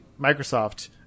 Microsoft